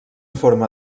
forma